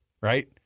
Right